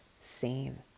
seen